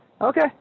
okay